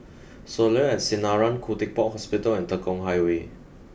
Soleil at Sinaran Khoo Teck Puat Hospital and Tekong Highway